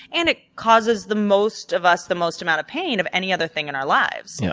and it causes the most of us the most amount of pain of any other thing in our lives. yeah